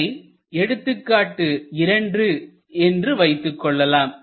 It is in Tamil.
அதனை எடுத்துக்காட்டு 2 என்று வைத்துக் கொள்ளலாம்